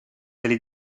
delle